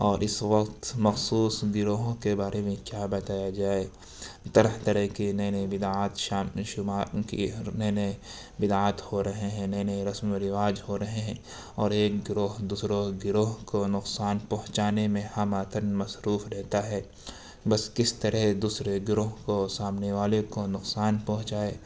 اور اس وقت مخصوص گروہوں کے بارے میں کیا بتایا جائے طرح طرح کے نئے نئے بدعات شامل شمار ان کی ہر نئے نئے بدعت ہو رہے ہیں نئے نئے رسم و رواج ہو رہے ہیں اور ایک گروہ دوسرے گروہ کو نقصان پہنچانے میں ہمہ تن مصروف رہتا ہے بس کس طرح دوسرے گروہ کو سامنے والے کو نقصان پہنچائے